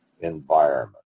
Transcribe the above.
environment